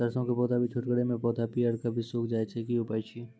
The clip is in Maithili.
सरसों के पौधा भी छोटगरे मे पौधा पीयर भो कऽ सूख जाय छै, की उपाय छियै?